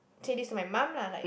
say this to my mum lah like